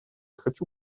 хочу